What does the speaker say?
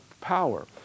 power